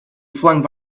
flung